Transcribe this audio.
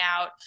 out